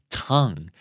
tongue